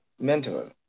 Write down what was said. mentor